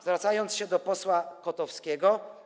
Zwracam się do posła Kotowskiego.